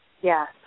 Yes